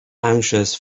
anxious